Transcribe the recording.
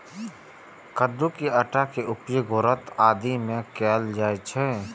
कट्टू के आटा के उपयोग व्रत आदि मे कैल जाइ छै